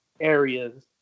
areas